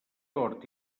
hort